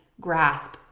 grasp